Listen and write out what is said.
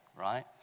right